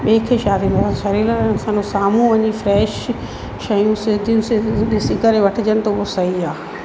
ॿिए खे छा थींदो आहे शरीर असां त साम्हूं वञी फ्रैश शयूं सिधियूं सिधियूं ॾिसी करे वठिजनि त उहो सही आहे